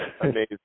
Amazing